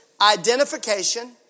Identification